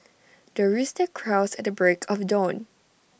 the rooster crows at the break of dawn